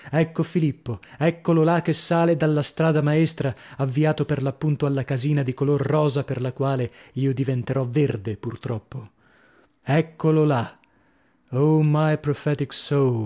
ecco filippo eccolo là che sale dalla strada maestra avviato per l'appunto alla casina di color rosa per la quale io diventerò verde pur troppo eccolo là o my prophetic